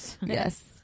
Yes